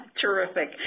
Terrific